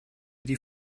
die